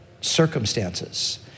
circumstances